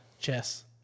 chess